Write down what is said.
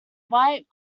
white